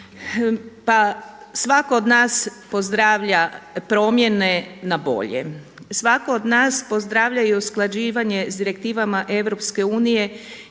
Pa svatko od nas pozdravlja promjene na bolje, svatko od nas pozdravlja i usklađivanje sa direktivama EU jer